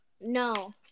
no